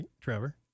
Trevor